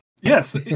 Yes